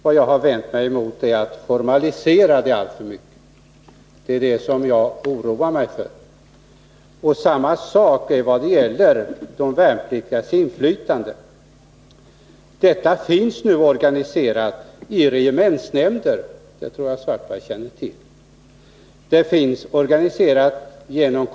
Vad jag har vänt mig mot är att formalisera det alltför mycket. Det är detta jag oroar mig för. Samma sak gäller de värnpliktigas inflytande. Detta finns nu organiserat i förbandsnämnder — det tror jag att Karl-Erik Svartberg känner till — och genom kompaniassistenter.